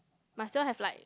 myself have like